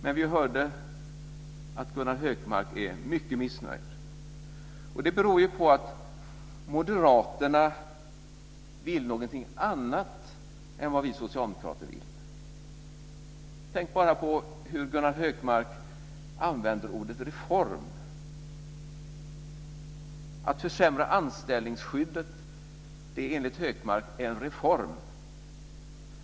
Men vi hörde att Gunnar Hökmark är mycket missnöjd. Det beror på att Moderaterna vill någonting annat än vad vi socialdemokrater vill. Tänk bara på hur Gunnar Hökmark använder ordet reform. Att försämra anställningsskyddet är en reform enligt Hökmark.